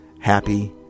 happy